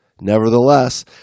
nevertheless